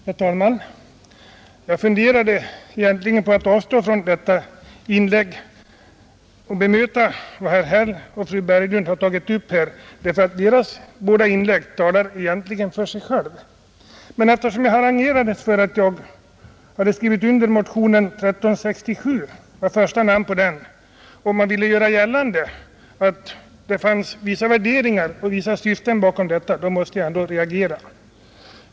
Herr talman! Jag funderade på att avstå från detta inlägg och från att bemöta vad herr Häll och fru Berglund här anfört. Deras båda inlägg talar egentligen för sig själva. Men eftersom jag harangerades för att jag stod såsom första namn under motionen 1367 och man ville göra gällande att det fanns vissa värderingar och syften bakom detta, måste jag ändå reagera.